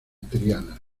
triana